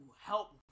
help